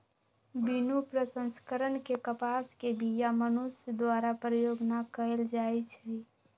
बिनु प्रसंस्करण के कपास के बीया मनुष्य द्वारा प्रयोग न कएल जाइ छइ